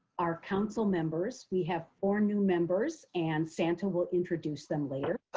our council members. we have four new members and santa will introduce them later.